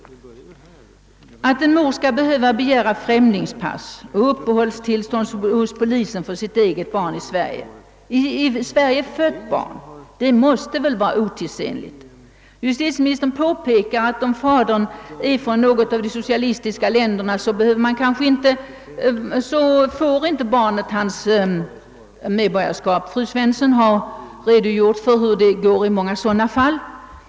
Att en mor skall behöva hos polisen begära främlingspass och uppehållstillstånd för sitt eget i Sverige födda barn måste vara otidsenligt. Justitieministern påpekade, att om fadern är från något av de de socialistiska länderna, får barnet inte hans medborgarskap — fru Svensson har redogjort för hur det går i många sådana fall.